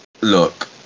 look